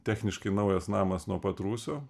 techniškai naujas namas nuo pat rūsio